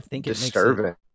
disturbing